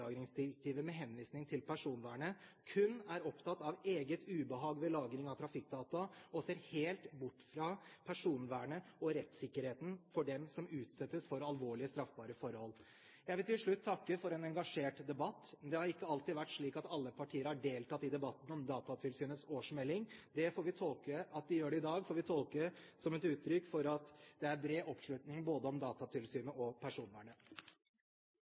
datalagringsdirektivet med henvisning til personvernet, kun er opptatt av eget ubehag ved lagring av trafikkdata og ser helt bort fra personvernet og rettssikkerheten for dem som utsettes for alvorlige, straffbare forhold. Jeg vil til slutt takke for en engasjert debatt. Det har ikke alltid vært slik at alle partier har deltatt i debatten om Datatilsynets årsmelding. At de gjør det i dag, får vi tolke som et uttrykk for at det er bred oppslutning både om Datatilsynet og om personvernet.